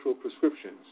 prescriptions